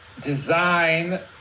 design